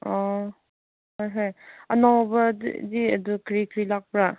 ꯑꯣ ꯍꯣꯏ ꯍꯣꯏ ꯑꯅꯧꯕꯗꯗꯤ ꯑꯗꯨ ꯀꯔꯤ ꯀꯔꯤ ꯂꯥꯛꯄ꯭ꯔꯥ